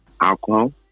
alcohol